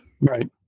Right